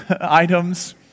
items